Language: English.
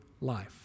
life